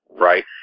right